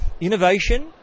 Innovation